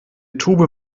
tube